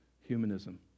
humanism